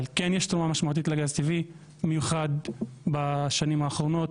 אבל כן יש תרומה משמעותית לגז הטבעי במיוחד בשנים האחרונות,